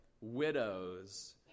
widows